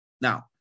Now